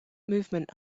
movement